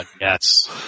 Yes